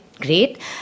great